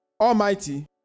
Almighty